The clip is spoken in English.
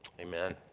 amen